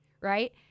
Right